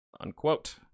Unquote